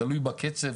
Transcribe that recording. תלוי בקצב,